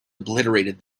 obliterated